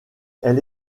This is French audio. elle